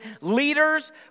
Leaders